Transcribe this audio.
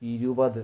ഇരുപത്